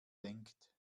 denkt